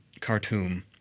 Khartoum